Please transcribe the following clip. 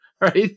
right